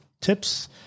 tips